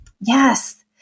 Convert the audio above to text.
Yes